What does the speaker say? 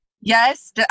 Yes